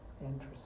Interesting